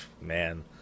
man